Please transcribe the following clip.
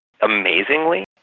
amazingly